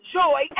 joy